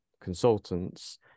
consultants